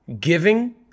giving